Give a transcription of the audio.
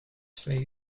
twee